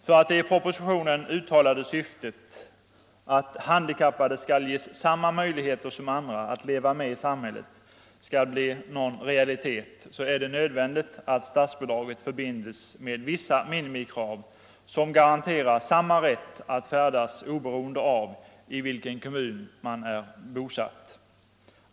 För att det i propositionen uttalade syftet, att handikappade skall ges samma möjligheter som andra att leva med i samhället, skall bli en realitet är det nödvändigt att statsbidrag förbinds med vissa minimikrav som garanterar samma rätt att färdas oberoende av i vilken kommun man är bosatt.